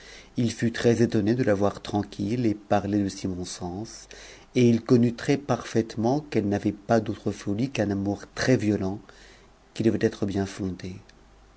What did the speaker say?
il fut très-étonné de la voir tranquille et parler de si bon sens et il connu très parfaitement qu'elle n'avait pas d'autre folie qu'un amour trës uolent qui devait être bien fondé